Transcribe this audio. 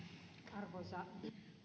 arvoisa